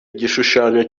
igishushanyo